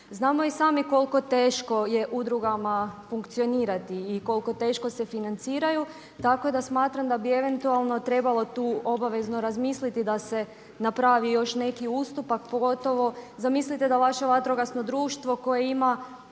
Znamo i sami koliko teško je udrugama funkcionirati i koliko teško se financiraju, tako da smatram da bi eventualno trebalo tu obavezno razmisliti da se napravi još neki ustupak pogotovo zamislite da vaše vatrogasno društvo koje ima